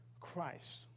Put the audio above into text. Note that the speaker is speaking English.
Christ